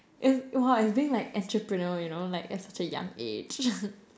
it's !wah! it's being like entrepreneurial you know like at such a young age